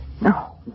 No